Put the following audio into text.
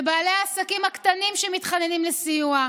בבעלי העסקים הקטנים שמתחננים לסיוע,